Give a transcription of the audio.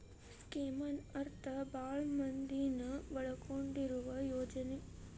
ಸ್ಕೇಮ್ನ ಅರ್ಥ ಭಾಳ್ ಮಂದಿನ ಒಳಗೊಂಡಿರುವ ಯೋಜನೆ